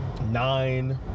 nine